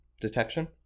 detection